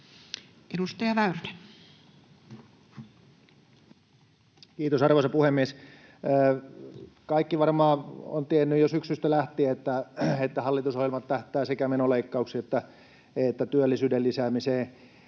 Edustaja Väyrynen. Kiitos, arvoisa puhemies! Kaikki varmaan ovat tienneet jo syksystä lähtien, että hallitusohjelma tähtää sekä menoleikkauksiin että työllisyyden lisäämiseen.